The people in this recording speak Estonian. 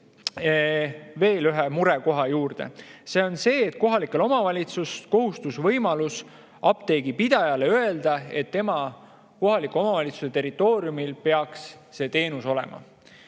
veel ühe murekoha juurde. See on see, et kohalikel omavalitsustel on kohustus, võimalus apteegipidajale öelda, et tema, kohaliku omavalitsuse territooriumil peaks see teenus olema.